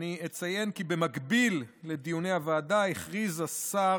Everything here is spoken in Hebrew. אציין כי במקביל לדיוני הוועדה הכריז השר